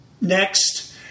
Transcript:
next